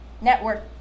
Network